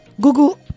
Google